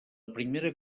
primera